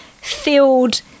filled